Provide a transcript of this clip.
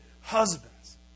husbands